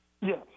Yes